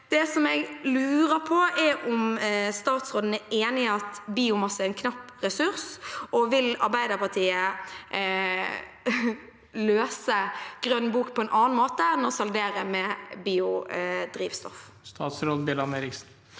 Det jeg lurer på, er om statsråden er enig i at biomasse er en knapp ressurs, og om Arbeiderpartiet vil løse Grønn bok på en annen måte enn ved å saldere med biodrivstoff. Statsråd Andreas